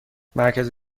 مرکز